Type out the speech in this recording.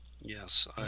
Yes